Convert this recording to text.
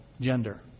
gender